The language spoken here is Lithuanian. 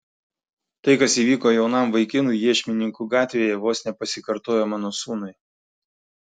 tai kas įvyko jaunam vaikinui iešmininkų gatvėje vos nepasikartojo mano sūnui